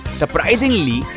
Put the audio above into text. surprisingly